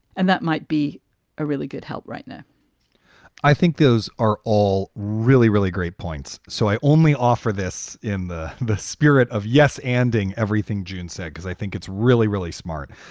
and that might be a really good help right now i think those are all really, really great points. so i only offer this in the the spirit of yes, anding everything joon said, because i think it's really, really smart.